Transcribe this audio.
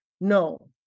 No